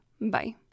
Bye